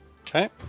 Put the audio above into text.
Okay